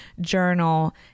journal